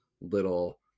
little